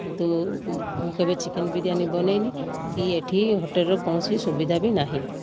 କିନ୍ତୁ ମୁଁ କେବେ ଚିକେନ ବିରିୟାନି ବନେଇନନାହିଁ କି ଏଠି ହୋଟେଲର କୌଣସି ସୁବିଧା ବି ନାହିଁ